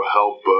help